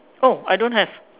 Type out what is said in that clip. oh I don't have